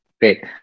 great